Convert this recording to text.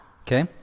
Okay